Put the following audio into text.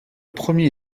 premier